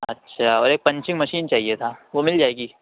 اچھا اور ایک پنچنگ مشین چاہیے تھا وہ مل جائے گی